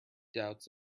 doubts